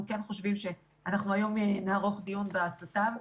אנחנו היום נערוך דיון בצט"מ,